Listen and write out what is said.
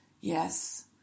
Yes